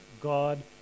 God